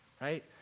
right